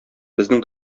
безнең